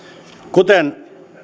kuten